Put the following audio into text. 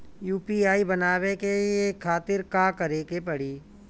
UPI बनावे के खातिर का करे के पड़ी?